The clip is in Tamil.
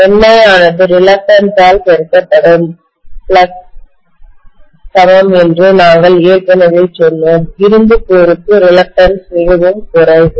Ni ஆனது ரிலக்டன்ஸ் ஆல் பெருக்கப்படும் ஃப்ளக்ஸ் சமம் என்று நாங்கள் ஏற்கனவே சொன்னோம் இரும்பு கோருக்கு ரிலக்டன்ஸ் மிகவும் குறைவு